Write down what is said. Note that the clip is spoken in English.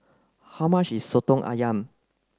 how much is Soto Ayam